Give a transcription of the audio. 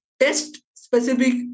test-specific